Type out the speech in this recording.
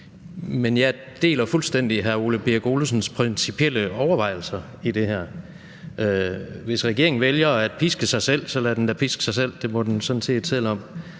Men jeg deler fuldstændig hr. Ole Birk Olesens principielle overvejelser i det her. Hvis regeringen vælger at piske sig selv, så lad den da piske sig selv. Det må den sådan set selv om.